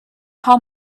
paul